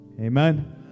Amen